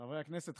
חברי הכנסת,